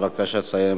בבקשה לסיים.